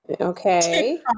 Okay